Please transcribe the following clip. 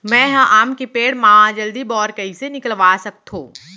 मैं ह आम के पेड़ मा जलदी बौर कइसे निकलवा सकथो?